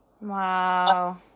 wow